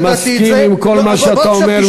אני מסכים לכל מה שאתה אומר,